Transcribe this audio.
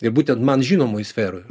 ir būtent man žinomoj sferoj